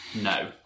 no